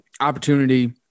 opportunity